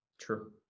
true